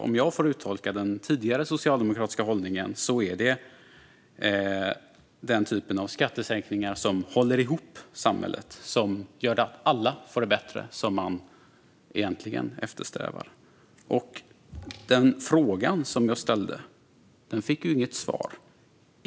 Om jag får uttolka den tidigare socialdemokratiska hållningen är det den typ av skattesänkningar som håller ihop samhället och gör att alla får det bättre som man egentligen eftersträvar. Den fråga som jag ställde fick inget svar.